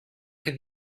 have